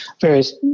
Various